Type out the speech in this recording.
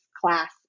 class